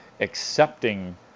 accepting